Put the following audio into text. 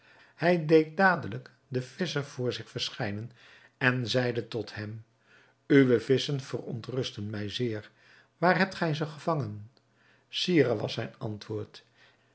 hij deed dadelijk den visscher voor zich verschijnen en zeide tot hem uwe visschen verontrusten mij zeer waar hebt gij ze gevangen sire was zijn antwoord